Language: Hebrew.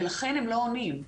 ולכן הם לא עונים.